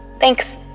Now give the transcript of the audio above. Thanks